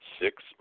Six